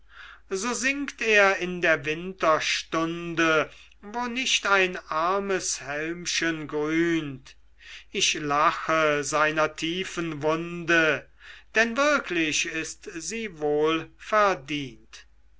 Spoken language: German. so singt er in der winterstunde wo nicht ein armes hälmchen grünt ich lache seiner tiefen wunde denn wirklich ist sie